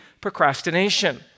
procrastination